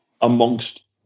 amongst